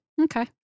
Okay